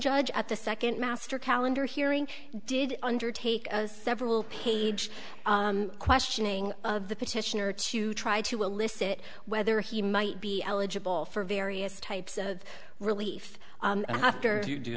judge at the second master calendar hearing did undertake a several page questioning of the petitioner to try to elicit whether he might be eligible for various types of relief after you